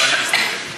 אני מסתפק.